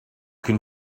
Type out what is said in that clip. can